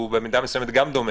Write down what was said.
שהוא במידה מסוימת גם דומה.